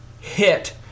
hit